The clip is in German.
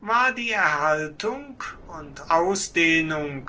war die erhaltung und ausdehnung